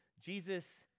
Jesus